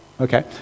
Okay